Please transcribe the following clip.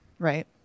right